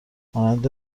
مانند